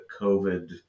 COVID